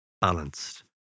balanced